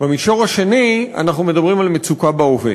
במישור השני אנחנו מדברים על מצוקה בהווה.